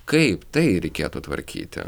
kaip tai reikėtų tvarkyti